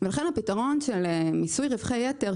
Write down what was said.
ולכן הפתרון של מיסוי רווחי יתר,